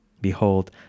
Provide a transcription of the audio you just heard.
Behold